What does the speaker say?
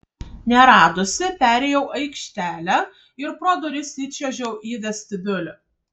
neradusi perėjau aikštelę ir pro duris įčiuožiau į vestibiulį